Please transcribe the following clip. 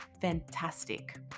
fantastic